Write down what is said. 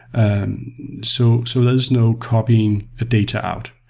and so so there's no copying a data out.